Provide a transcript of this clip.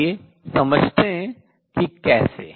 आइए समझते हैं कि कैसे